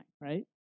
right